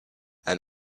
and